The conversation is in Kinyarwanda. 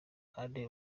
kandi